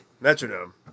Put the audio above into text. Metronome